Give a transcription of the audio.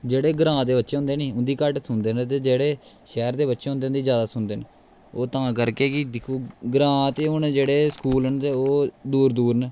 जेह्ड़े ग्रांऽ दे बच्चे होंदे निं उं'दी घट्ट सुनदे न ते जेह्ड़े शैह्र दे बच्चे होंदे उं'दी जैदा सुनदे न ओह् तां करके कि दिक्खो ग्रांऽ ते हून जेह्ड़े स्कूल न ते ओह् दूर दूर न